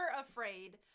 afraid